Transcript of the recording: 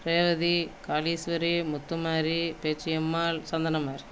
Revathi Kaleeswari Muthumari Pechiammal Santhanamari